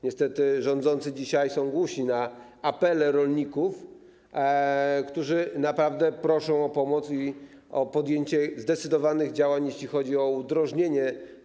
Niestety rządzący dzisiaj są głusi na apele rolników, którzy naprawdę proszą o pomoc i podjęcie zdecydowanych działań, jeśli chodzi o udrożnienie.